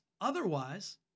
Otherwise